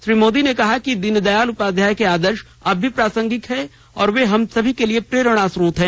श्री मोदी ने कहा कि दीनदयाल उपाध्याय के आदर्श अब भी प्रासंगिक हैं और वे हम सभी के लिए प्रेरणास्रोत हैं